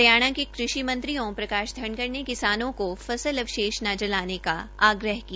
हरियाणा के कृषि मंत्री ओम प्रकाश धनखड़ ने किसानों को फसल अवशेष न जलाने की आग्रह किया